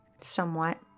Somewhat